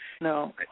No